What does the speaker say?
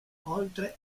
oltre